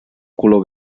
color